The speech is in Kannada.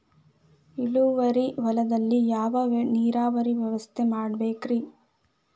ಇಳುವಾರಿ ಹೊಲದಲ್ಲಿ ಯಾವ ನೇರಾವರಿ ವ್ಯವಸ್ಥೆ ಮಾಡಬೇಕ್ ರೇ?